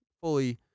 fully